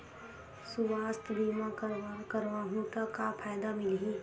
सुवास्थ बीमा करवाहू त का फ़ायदा मिलही?